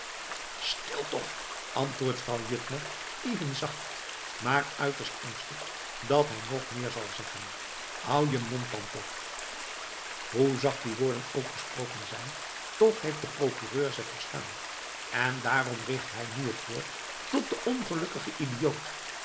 stil toch antwoordt vrouw juttner even zacht maar uiterst angstig dat hij nog meer zal zeggen hou je mond dan toch hoe zacht die woorden ook gesproken zijn toch heeft de procureur ze verstaan en daarom richt hij nu t woord tot den ongelukkigen idioot